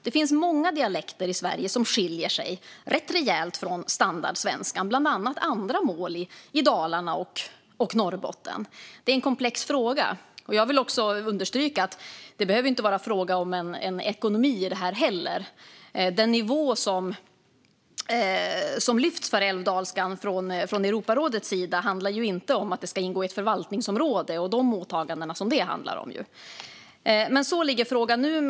Det finns många dialekter i Sverige som skiljer sig rätt rejält från standardsvenskan, bland annat andra mål i Dalarna och mål i Norrbotten. Det är en komplex fråga. Jag vill understryka att det inte behöver vara en fråga om ekonomi. Den nivå som lyfts upp för älvdalskan av Europarådet handlar inte om att det ska ingå i ett förvaltningsområde och de åtaganden som detta handlar om. Så ligger frågan nu.